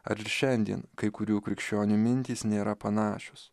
ar ir šiandien kai kurių krikščionių mintys nėra panašios